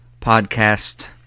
podcast